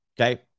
Okay